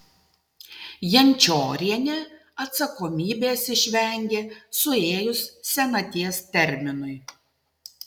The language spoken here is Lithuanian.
jančiorienė atsakomybės išvengė suėjus senaties terminui